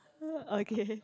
okay